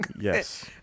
Yes